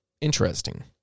interesting